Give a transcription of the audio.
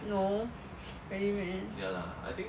no really meh